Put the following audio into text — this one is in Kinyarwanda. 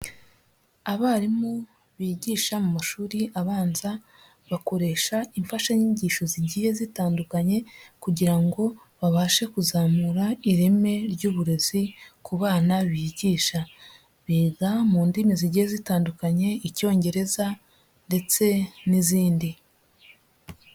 Abarimu bigisha mu mashuri abanza, bakoresha imfashanyigisho zigiye zitandukanye kugira ngo babashe kuzamura ireme ry'uburezi ku bana bigisha. Biga mu ndimi zigiye zitandukanye Icyongereza ndetse n'izindi.